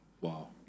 Wow